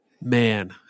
Man